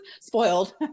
spoiled